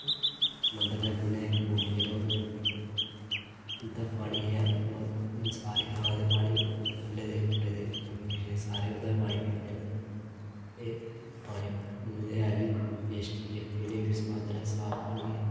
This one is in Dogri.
मदंर दे कन्नै इक बौली ऐ ओह्दा पानी सारे ग्रां दे पानी म्हल्ले दे उप्परे दे सारे ओह्दा गै पानी भरदे न ते पानी एह् बी टेस्टी ऐ सुआदला ऐ पीने गी